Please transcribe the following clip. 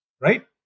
right